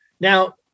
Now